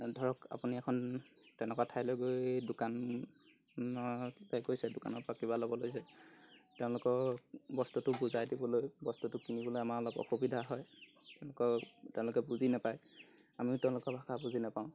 ধৰক আপুনি এখন তেনেকুৱা ঠাইলৈ গৈ দোকানলৈ গৈছে দোকানৰ পৰা কিবা ল'ব লৈছে তেওঁলোকক বস্তুটো বুজাই দিবলৈ বস্তুটো কিনিবলৈ আমাৰ অলপ অসুবিধা হয় তেওঁলোকক তেওঁলোকে বুজি নেপায় আমিও তেওঁলোকৰ ভাষা বুজি নেপাওঁ